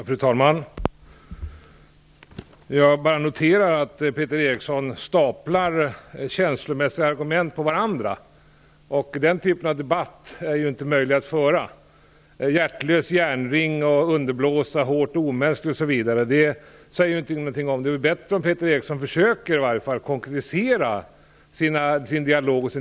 Fru talman! Jag bara noterar att Peter Eriksson staplar känslomässiga argument på varandra. Den typen av debatt är ju inte möjlig att föra. Hjärtlös, järnring, underblåsa hårt och omänskligt säger ingenting. Det skulle vara bättre om Peter Eriksson i varje fall försökte konkretisera sin dialog.